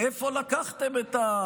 מאיפה לקחתם את,